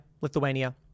Lithuania